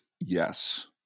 yes